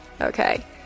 Okay